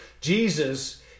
Jesus